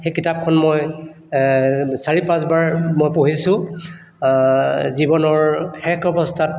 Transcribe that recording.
সেই কিতাপখন মই চাৰি পাঁচবাৰ মই পঢ়িছোঁ জীৱনৰ শেষ অৱস্থাত